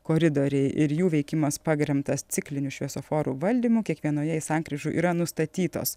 koridoriai ir jų veikimas paremtas cikliniu šviesoforų valdymu kiekvienoje iš sankryžų yra nustatytos